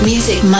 Music